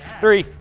three,